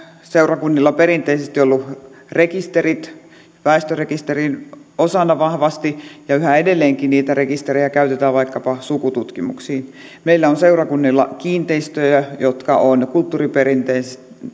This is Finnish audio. seurakunnilla perinteisesti ollut rekisterit väestörekisterin osana vahvasti ja yhä edelleenkin niitä rekisterejä käytetään vaikkapa sukututkimuksiin meillä on seurakunnilla kiinteistöjä jotka ovat kulttuuriperinteen